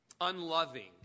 Unloving